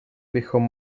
bychom